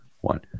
one